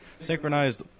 Synchronized